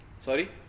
Sorry